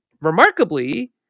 remarkably